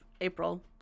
April